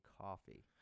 coffee